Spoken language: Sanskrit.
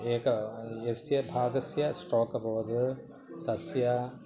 एकः यस्य भागस्य स्ट्रोक् अभवत् तस्य